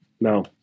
No